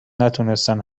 نتونستن